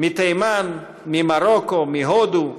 "מתימן, ממרוקו, מהודו,